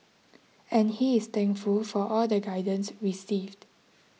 and he is thankful for all the guidance received